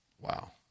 Wow